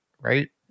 Right